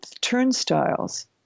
turnstiles